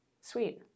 sweet